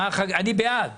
אני בעד